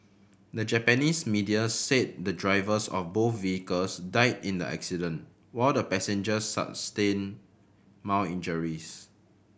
the Japanese media said the drivers of both vehicles died in an accident while the passengers sustained mild injuries